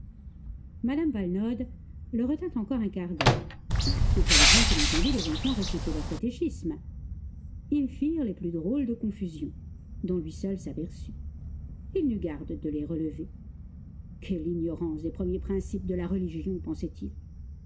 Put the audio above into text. valenod le retint encore un quart d'heure il fallait bien qu'il entendît les enfants réciter leur catéchisme ils firent les plus drôles de contusions dont lui seul s'aperçut il n'eut garde de les relever quelle ignorance des premiers principes de la religion pensait-il